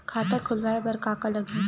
खाता खुलवाय बर का का लगही?